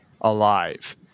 alive